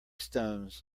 stones